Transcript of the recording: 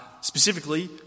specifically